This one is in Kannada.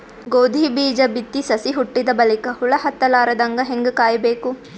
ಗೋಧಿ ಬೀಜ ಬಿತ್ತಿ ಸಸಿ ಹುಟ್ಟಿದ ಬಲಿಕ ಹುಳ ಹತ್ತಲಾರದಂಗ ಹೇಂಗ ಕಾಯಬೇಕು?